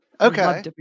okay